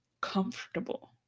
comfortable